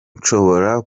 nshobora